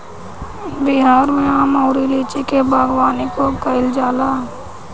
बिहार में आम अउरी लीची के बागवानी खूब कईल जाला